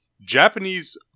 Japanese